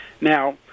Now